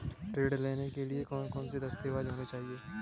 ऋण लेने के लिए कौन कौन से दस्तावेज होने चाहिए?